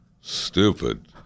stupid